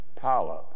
pileup